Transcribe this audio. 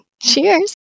Cheers